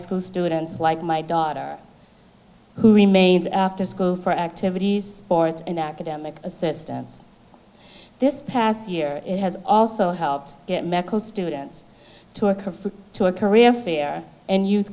school students like my daughter who remains after school for activities or it's an academic assistance this past year it has also helped get medical students to occur to a career fair and use